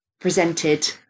presented